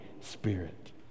Spirit